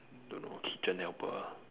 don't know kitchen helper